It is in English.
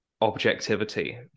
objectivity